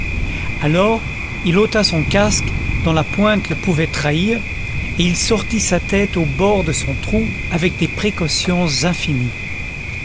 alors il ôta son casque dont la pointe le pouvait trahir et il sortit sa tête au bord de son trou avec des précautions infinies